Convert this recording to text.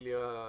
איליה,